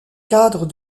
cadre